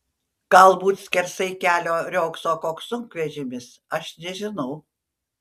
galbūt skersai kelio riogso koks sunkvežimis aš nežinau